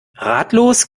ratlos